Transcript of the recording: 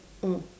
mm